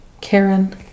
Karen